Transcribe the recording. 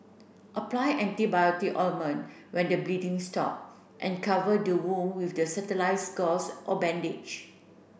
apply antibiotic ointment when the bleeding stop and cover the wound with the gauze or bandage